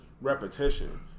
repetition